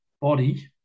body